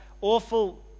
awful